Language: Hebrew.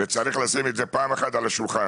פעם אחת צריך לשים את זה על השולחן.